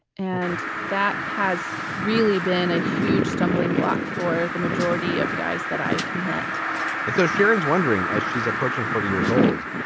and that has really been a huge stumbling block for the majority of guys that i've met and so sheeran's wondering as she's approaching forty years old.